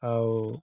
ଆଉ